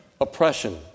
oppression